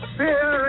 fear